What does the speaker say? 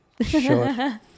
Sure